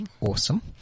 awesome